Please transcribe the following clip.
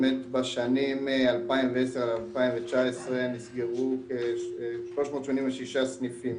בשנים 2010 עד 2019 נסגרו 386 סניפים